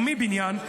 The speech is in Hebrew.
או מבניין,